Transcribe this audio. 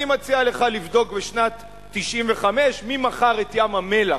אני מציע לך לבדוק, בשנת 1995 מי מכר את ים-המלח,